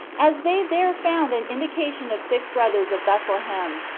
as they there found an indication of six brothers of bethlehem,